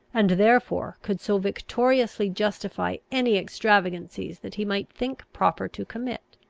and therefore could so victoriously justify any extravagancies that he might think proper to commit.